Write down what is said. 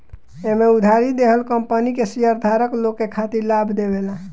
एमे उधारी देहल कंपनी के शेयरधारक लोग के खातिर लाभ देवेला